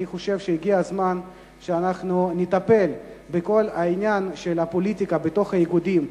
אני חושב שהגיע הזמן שאנחנו נטפל בכל העניין של הפוליטיקה באיגודים,